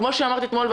כפי שאמרת אתמול,